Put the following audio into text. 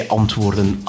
antwoorden